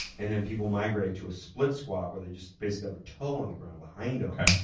and then people migrate to a split squat where they just basically have a toe on the ground behind ah